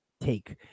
take